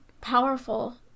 powerful